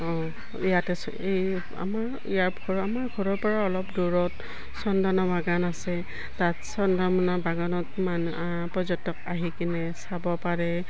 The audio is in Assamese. অঁ ইয়াতে এই আমাৰ ইয়াৰ ঘৰ আমাৰ ঘৰৰ পৰা অলপ দূৰত চন্দমনা বাগান আছে তাত চন্দমনা বাগানত মানু পৰ্যটক আহি কিনে চাব পাৰে